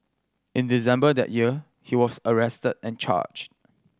in December that year he was arrested and charged